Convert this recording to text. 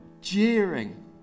jeering